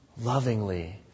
lovingly